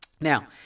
Now